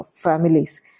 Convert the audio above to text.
families